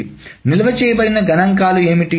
కాబట్టి నిల్వ చేయబడిన గణాంకాలు ఏమిటి